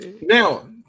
now